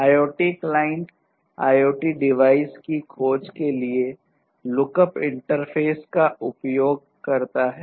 IoT client IoT device की खोज के लिए लुकअप इंटरफ़ेस का उपयोग करता है